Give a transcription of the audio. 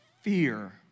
fear